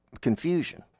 confusion